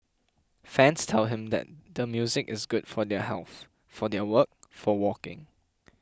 fans tell him that the music is good for their health for their work for walking